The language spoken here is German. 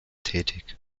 tätig